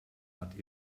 hat